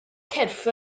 cyrff